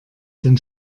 denn